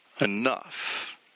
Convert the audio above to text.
enough